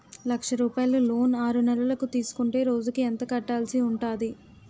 లక్ష రూపాయలు లోన్ ఆరునెలల కు తీసుకుంటే రోజుకి ఎంత కట్టాల్సి ఉంటాది?